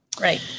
right